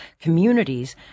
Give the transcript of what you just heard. communities